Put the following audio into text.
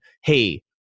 Hey